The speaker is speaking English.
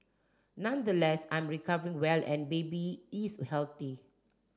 nonetheless I'm recovering well and baby is healthy